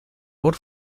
por